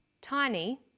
tiny